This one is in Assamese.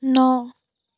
ন